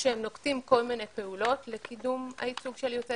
שהם נוקטים כל מיני פעולות לקידום הייצוג של יוצאי